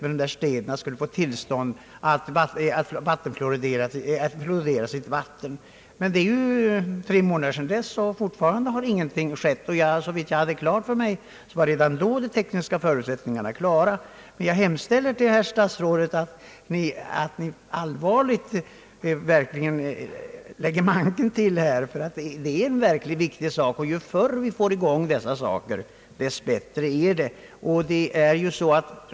Bland annat skulle vissa städer få tillstånd att fluorera sitt dricksvatten. Det är nu tre månader sedan dess, men fortfarande har ingenting skett. Såvitt jag förstod var emellertid redan då de tekniska förutsättningarna klara. Jag hemställer till herr statsrådet att verkligen lägga manken till i denna fråga, ty den är av mycket stor vikt. Ju förr vi får i gång en vattenfluoridering desto bättre är det.